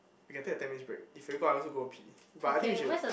we can take a ten minutes break if you go I also go and pee but I think we should